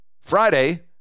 Friday